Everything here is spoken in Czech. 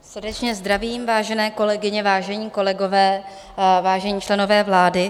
Srdečně zdravím, vážené kolegyně, vážení kolegové, vážení členové vlády.